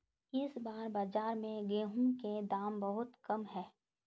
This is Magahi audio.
इस बार बाजार में गेंहू के दाम बहुत कम है?